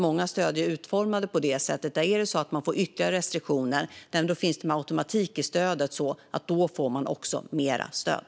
Många stöd är också utformade så att man, om man får ytterligare restriktioner, med automatik också får mer stöd.